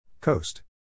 Coast